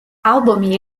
ალბომი